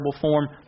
form